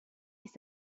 ist